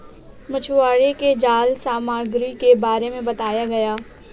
मछुवारों को जाल सामग्री के बारे में बताया गया